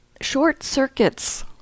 short-circuits